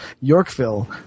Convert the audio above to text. Yorkville